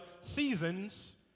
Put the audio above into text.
seasons